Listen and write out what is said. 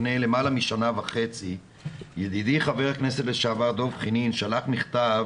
לפני יותר משנה וחצי ידידי חבר הכנסת לשעבר דב חנין שלח מכתב